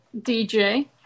DJ